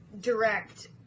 direct